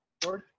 George